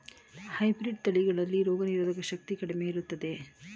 Hybrid ತಳಿಗಳಲ್ಲಿ ರೋಗನಿರೋಧಕ ಶಕ್ತಿ ಕಡಿಮೆ ಇರುವುದೇ?